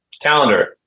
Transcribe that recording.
Calendar